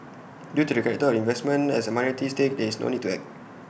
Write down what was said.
due to the character of the investment as A minority stake there is no need to act